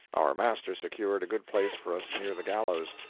our master secured a good place for us near the gallows.